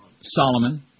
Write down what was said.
Solomon